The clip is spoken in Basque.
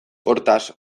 hortaz